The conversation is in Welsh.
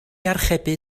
archebu